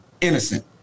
innocent